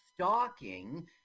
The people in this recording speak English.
stalking